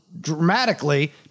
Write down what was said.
dramatically